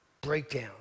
breakdown